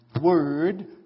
Word